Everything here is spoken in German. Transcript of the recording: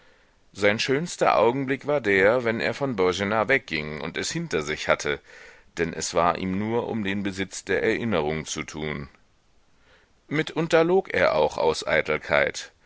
sein schönster augenblick war der wenn er von boena wegging und es hinter sich hatte denn es war ihm nur um den besitz der erinnerung zu tun mitunter log er auch aus eitelkeit